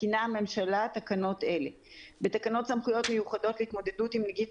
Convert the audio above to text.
מתקינה הממשלה תקנות אלה: בתקנות סמכויות מיוחדות להתמודדות עם נגיף